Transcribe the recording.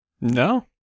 No